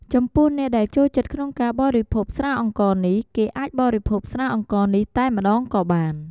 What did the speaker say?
ចំពោះអ្នកដែលចូលចិត្តក្នុងការបរិភោគស្រាអង្ករនេះ គេអាចបរិភោគស្រាអង្ករនេះតែម្ដងក៏បាន។